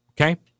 okay